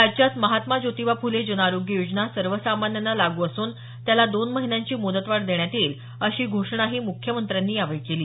राज्यात महात्मा जोतिबा फुले जनआरोग्य योजना सर्वसामान्यांना लागू असून त्याला दोन महिन्यांची मुदतवाढ देण्यात येईल अशी घोषणाही मुख्यमंत्र्यांनी यावेळी केली